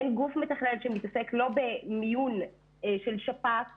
אין גוף מתכלל שמתעסק לא במיון של שפעת קורונה,